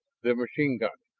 the machine gun,